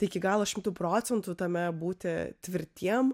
iki galo šimtu procentų tame būti tvirtiem